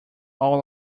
all